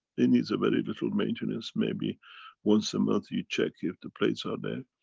it needs a very little maintenance. maybe once a month you check if the plates are there.